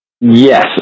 Yes